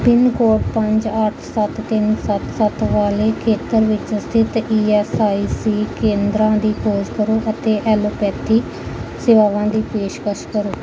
pin code ਪੰਜ ਅੱਠ ਸੱਤ ਤਿੰਨ ਸੱਤ ਸੱਤ ਵਾਲੇ ਖੇਤਰ ਵਿੱਚ ਸਥਿਤ ਈ ਐੱਸ ਆਈ ਸੀ ਕੇਂਦਰਾਂ ਦੀ ਖੋਜ ਕਰੋ ਅਤੇ ਐਲੋਪੈਥੀ ਸੇਵਾਵਾਂ ਦੀ ਪੇਸ਼ਕਸ਼ ਕਰੋ